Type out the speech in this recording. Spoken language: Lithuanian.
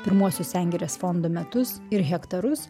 pirmuosius sengirės fondo metus ir hektarus